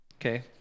Okay